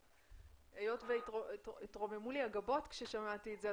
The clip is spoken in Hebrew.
היות והתרוממו לי הגבות כששמעתי את זה,